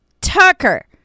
Tucker